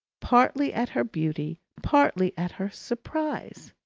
partly at her beauty, partly at her surprise.